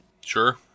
Sure